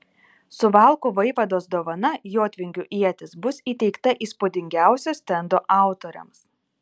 suvalkų vaivados dovana jotvingių ietis bus įteikta įspūdingiausio stendo autoriams